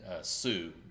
Sue